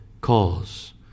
cause